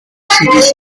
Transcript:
series